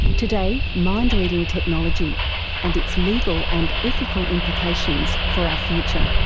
today, mindreading technology and its legal and ethical implications for our future.